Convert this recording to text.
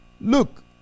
look